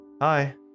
Hi